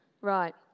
Right